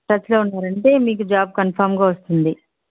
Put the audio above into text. టచ్లో ఉన్నారంటే మీకు జాబ్ కంఫర్మ్గా వస్తుంది